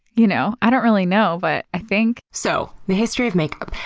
you know i don't really know, but i think. so, the history of makeup,